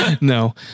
No